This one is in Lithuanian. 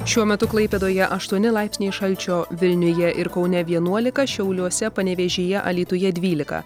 šiuo metu klaipėdoje aštuoni laipsniai šalčio vilniuje ir kaune vienuolika šiauliuose panevėžyje alytuje dvylika